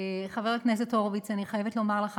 חבר הכנסת הורוביץ, אני חייבת לומר לך